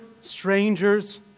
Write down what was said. strangers